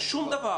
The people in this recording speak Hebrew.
שום דבר.